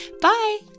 Bye